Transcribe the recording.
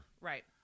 Right